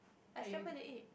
I scramble the egg